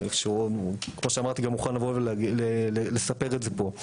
שכמו שאמרתי גם מוכן לבוא ולספר את זה פה,